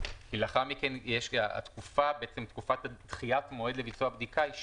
כי לאחר מכן תקופת דחיית המועד לביצוע הבדיקה היא שונה,